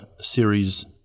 series